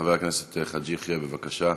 חבר הכנסת חאג' יחיא, בבקשה.